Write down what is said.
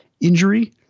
injury